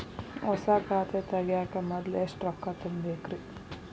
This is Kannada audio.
ಹೊಸಾ ಖಾತೆ ತಗ್ಯಾಕ ಮೊದ್ಲ ಎಷ್ಟ ರೊಕ್ಕಾ ತುಂಬೇಕ್ರಿ?